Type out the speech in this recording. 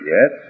Yes